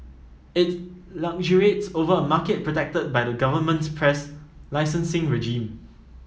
it luxuriates over a market protected by the government's press licensing regime